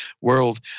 world